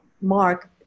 Mark